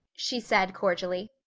she said cordially.